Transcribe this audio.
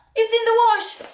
it's in the wash!